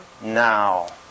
now